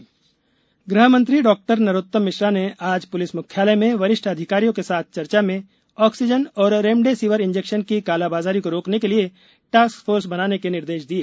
task force ग़ह मंत्री डॉ नरोत्तम मिश्रा ने आज प्लिस म्ख्यालय में वरिष्ठ अधिकारियों के साथ चर्चा में ऑक्सीजन और रेमडेसिविर इंजेक्शन की कालाबाजारी को रोकने के लिए टास्क फोर्स बनाने के निर्देश दिए